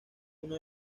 uno